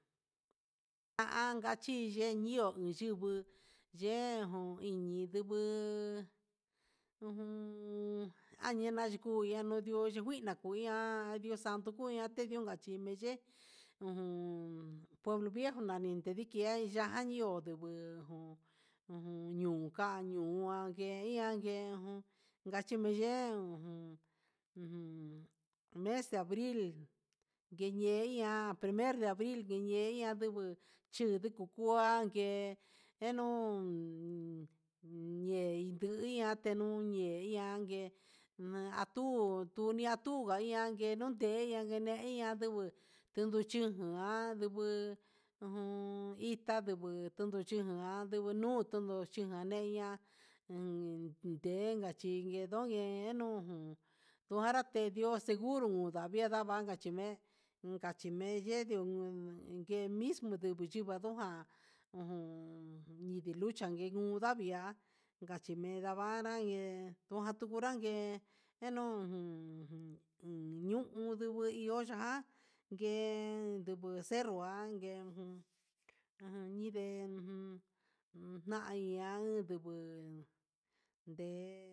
Anka chi yinio uyungu yejon iin ñii nduguu ujun añena kuu añion ndió ndu ndiguina kuña'a, dexanio kunia tedio inka chin miché ujun por viejo nani tendikia'i, ya'á nio ujun uun ñiu ka'a ñuake inrángue ngachimen jun ujun mes de abril ngueñe'e iñia primero de abril nguiñe hiña nduguu chinduku kuan nguee ehun ndia teñuu ñeñangue na atu nduni atun ngai ihan nté teneya nduguu nduju yunju nan nduju iktá nduguu chinun ninaka ndubu mutunu ndigo chinka aneña ungue ndeka chinguee nundeno jun, nanarate ndio iña seguro undaviindaka chine'e ngachime ne'e ndio uun ndemismo ninga chingaruga ha uun ndunguilucha iho hávia ngachineda varangue nduguu nrague nguenu jun nuñio ndivii ihó ya'a ngue nduju cerro kuajenuu ndivininu yé undan iha ndunguu ndé.